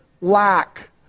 lack